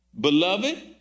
beloved